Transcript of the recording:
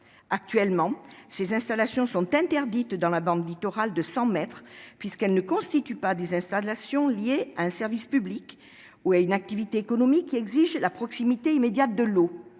Actuellement, ces installations sont interdites dans la bande littorale de 100 mètres, puisqu'elles ne constituent pas des installations liées à un service public ou à une activité économique qui exige la proximité immédiate de l'eau.